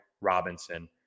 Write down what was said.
Robinson